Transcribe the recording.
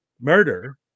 murder